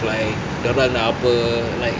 like dorang nak apa like